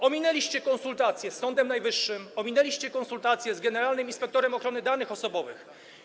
Ominęliście konsultacje z Sądem Najwyższym, ominęliście konsultacje z generalnym inspektorem ochrony danych osobowych.